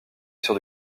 sur